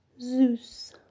Zeus